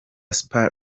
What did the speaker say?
super